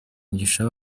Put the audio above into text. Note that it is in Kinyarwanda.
mugisha